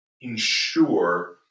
ensure